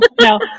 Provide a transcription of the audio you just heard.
No